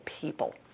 people